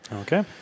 Okay